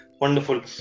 Wonderful